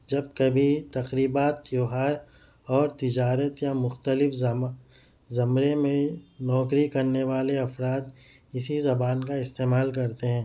جب کبھی تقریبات تیوہار اور تجارت یا مختلف زما زمرے میں نوکری کرنے والے افراد اسی زبان کا استعمال کرتے ہیں